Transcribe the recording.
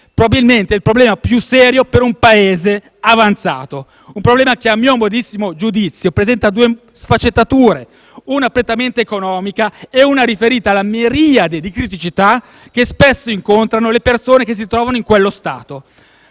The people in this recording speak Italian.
Probabilmente il problema più serio per un Paese avanzato. Un problema che, a mio modestissimo giudizio, presenta due sfaccettature; una prettamente economica e una riferita alla miriade di criticità che spesso incontrano le persone che si trovano in quello stato.